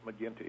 McGinty